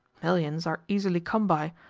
millions are easily come by,